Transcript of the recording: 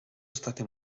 state